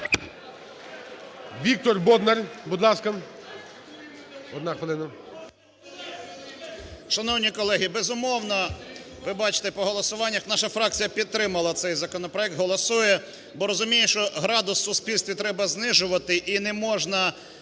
Віктор Бондар, будь ласка, одна хвилина. 11:07:29 БОНДАР В.В. Шановні колеги, безумовно, ви бачите по голосуваннях, наша фракція підтримала цей законопроект, голосує, бо розуміє, що градус у суспільстві треба знижувати, і не можна